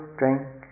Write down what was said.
drink